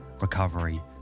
recovery